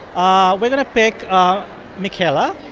ah we're going to pick michaela.